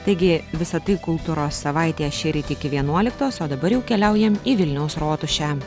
taigi visa tai kultūros savaitėje šįryt iki vienuoliktos o dabar jau keliaujam į vilniaus rotušę